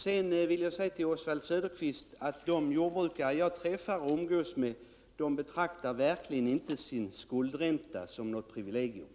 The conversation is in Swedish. Scdan vill jag säga till Oswald Söderqvist att de jordbrukare jag träffar och umgås med betraktar verkligen inte sin skuldränta som något privilegium.